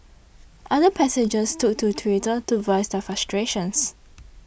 other passengers took to Twitter to voice their frustrations